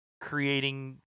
creating